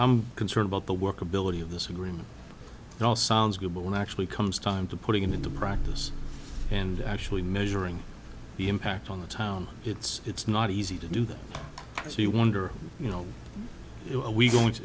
dumb concern about the workability of this agreement it all sounds good but when actually comes time to putting it into practice and actually measuring the impact on the town it's it's not easy to do that so you wonder you know we're going to